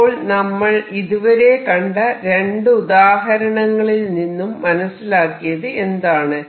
അപ്പോൾ നമ്മൾ ഇതുവരെ കണ്ട രണ്ടു ഉദാഹരണങ്ങളിൽ നിന്നും മനസിലാക്കിയത് എന്താണ്